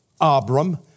Abram